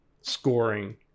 scoring